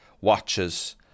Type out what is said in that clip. watches